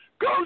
Go